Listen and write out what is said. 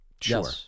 Sure